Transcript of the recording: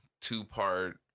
two-part